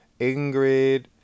Ingrid